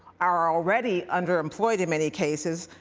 are already underemployed in many cases,